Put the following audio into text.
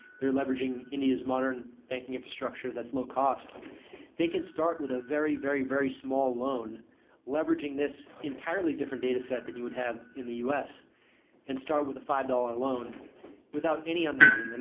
they're leveraging india's modern banking infrastructure that's low cost they can start with a very, very, very small loan leveraging this entirely different data set that you would have in the us and start with a five dollars loan without any underwriting.